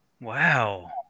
Wow